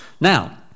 Now